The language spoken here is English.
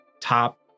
top